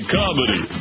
comedy